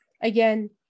Again